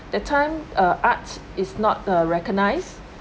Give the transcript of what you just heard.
the time uh arts is not uh recognized